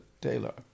Taylor